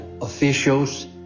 officials